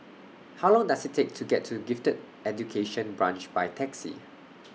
How Long Does IT Take to get to Gifted Education Branch By Taxi